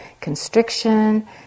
constriction